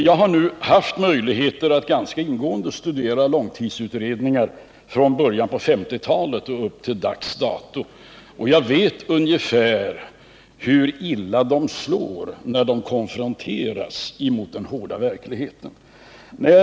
Jag har haft möjligheter att ganska ingående studera långtidsutredningar från början av 1950-talet till dags dato, och jag vet ungefär hur illa de stämmer, när de konfronteras med den hårda verkligheten.